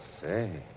Say